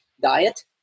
diet